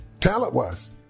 talent-wise